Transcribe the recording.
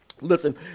Listen